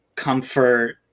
Comfort